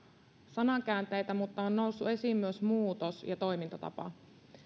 sanakäänteitä mutta on noussut esiin myös muutos ja toimintatapa